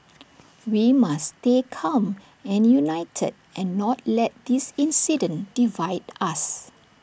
we must stay calm and united and not let this incident divide us